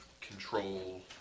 control